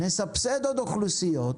נסבסד עוד אוכלוסיות,